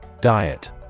Diet